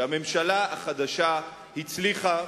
שהממשלה החדשה הצליחה,